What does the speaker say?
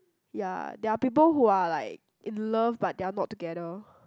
ya there are people who are like in love but they are not together